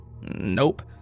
Nope